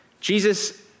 Jesus